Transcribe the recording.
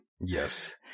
Yes